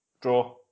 Draw